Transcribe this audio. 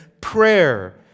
prayer